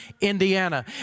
Indiana